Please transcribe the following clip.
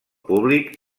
públic